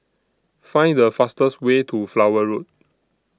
Find The fastest Way to Flower Road